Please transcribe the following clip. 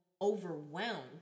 overwhelmed